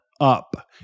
up